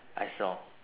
I saw